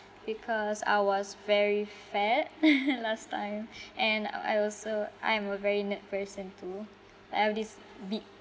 because I was very fat last time and I also I am a very nerd person too like I have this big